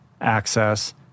access